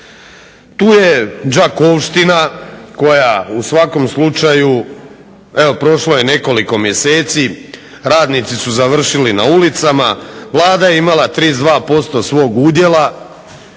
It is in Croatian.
Tu je Đakovština koja u svakom slučaju, evo prošlo je nekoliko mjeseci. Radnici su završili na ulicama. Vlada je imala 32% svog udjela